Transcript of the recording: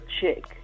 chick